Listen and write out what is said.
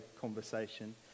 conversation